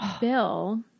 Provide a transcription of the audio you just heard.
Bill